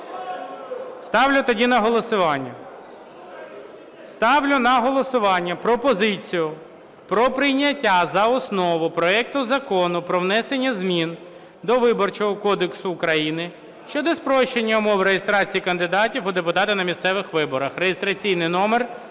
Ставлю тоді на голосування, ставлю на голосування пропозицію про прийняття за основу проекту Закону про внесення змін до Виборчого кодексу України щодо спрощення умов реєстрації кандидатів у депутати на місцевих виборах (реєстраційний номер